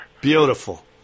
Beautiful